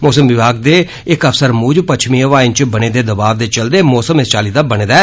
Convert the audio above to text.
मौसम विभाग दे इक अफसर मुजब पच्छमी हवाएं च बने दे दबाव दे चलदे मौसम इस चाल्ली दा बने दा ऐ